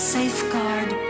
safeguard